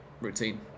routine